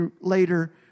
later